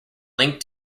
linked